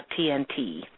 TNT